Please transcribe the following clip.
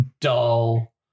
dull